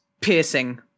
piercing